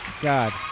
God